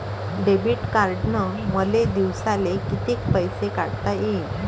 Debit कार्डनं मले दिवसाले कितीक पैसे काढता येईन?